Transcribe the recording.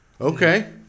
okay